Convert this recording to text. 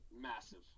Massive